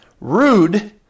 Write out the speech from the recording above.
rude